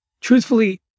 truthfully